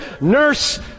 nurse